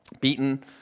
beaten